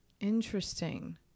Interesting